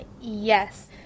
yes